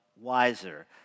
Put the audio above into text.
wiser